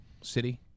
City